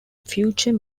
future